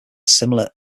similar